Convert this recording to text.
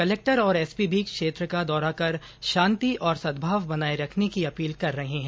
collector और SP भी क्षेत्र का दौरा कर शांति और सद्भाव बनाए रखने की अपील कर रहे हैं